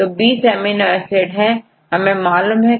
तो 20 amino acid है हमें मालूम है